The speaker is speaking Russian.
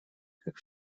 как